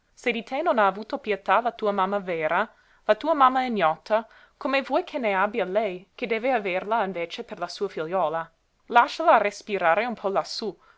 di te non ha avuto pietà la tua mamma vera la tua mamma ignota come vuoi che ne abbia lei che deve averla invece per la sua figliuola lasciala respirare un po lassú